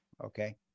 Okay